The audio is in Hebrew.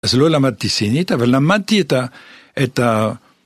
זה לא למדתי סינית, אבל למדתי את ה...